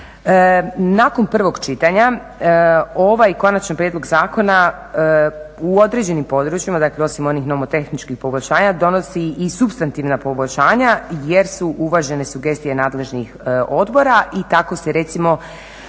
Nakon prvog čitanja ovaj konačni prijedlog zakona u određenim područjima, dakle osim onih nomotehničkih poboljšanja donosi i supstantivna poboljšanja jer su uvažene sugestije nadležnih odbora i tako se recimo